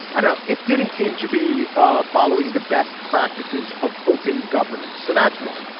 i know it didn't seem to be ah following the best practices of open governance. so that's one.